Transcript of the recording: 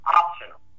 optional